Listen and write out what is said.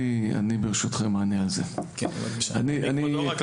אני מעיריית